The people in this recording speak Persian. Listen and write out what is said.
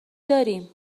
داریم